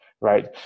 right